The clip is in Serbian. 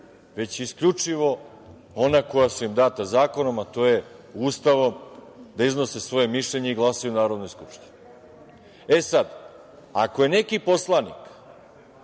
već isključivo ona koja su im data zakonom, a to je Ustavom da iznose svoje mišljenje i glasaju u Narodnoj skupštini.E sada, ako je neki poslanik,